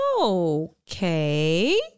okay